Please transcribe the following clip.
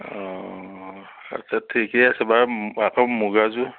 অঁ আচ্ছা ঠিকে আছে বাৰু আকৌ মূগাযোৰ